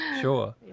Sure